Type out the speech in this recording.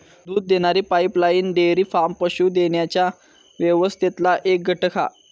दूध देणारी pipeline dairy farm पशू देण्याच्या व्यवस्थेतला एक घटक हा